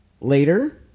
later